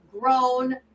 grown